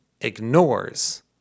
ignores